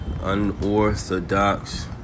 unorthodox